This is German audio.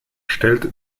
stellt